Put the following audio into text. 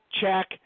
check